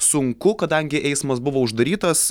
sunku kadangi eismas buvo uždarytas